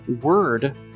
word